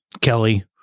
Kelly